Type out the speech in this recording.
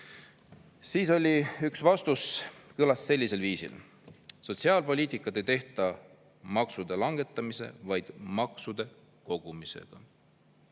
Siis oli üks vastus, mis kõlas sellisel viisil: sotsiaalpoliitikat ei tehta maksude langetamise, vaid maksude kogumisega.